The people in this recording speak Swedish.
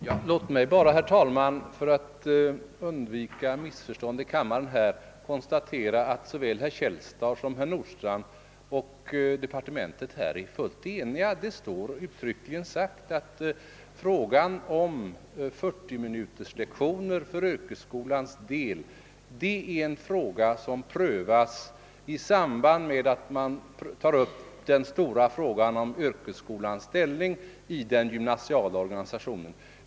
Herr talman! Låt mig bara, för att undvika missförstånd, konstatera att såväl herr Källstad som herr Nordstrandh och departementet är fullt eniga om lektionstidens längd. Det står uttryckligen i betänkandet att frågan om 40-minuterslektioner i yrkesskolan prövas i samband med den stora frågan om yrkesskolans ställning i den gymnasiala organisationen.